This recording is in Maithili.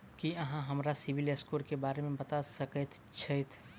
की अहाँ हमरा सिबिल स्कोर क बारे मे बता सकइत छथि?